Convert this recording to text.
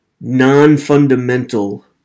Non-fundamental